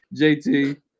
JT